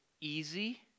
easy